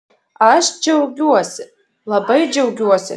aš džiaugiuosi labai džiaugiuosi